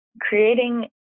creating